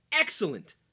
Excellent